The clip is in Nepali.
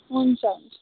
हुन्छ हुन्छ